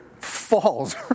falls